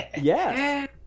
yes